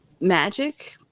magic